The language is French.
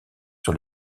sur